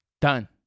done